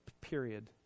period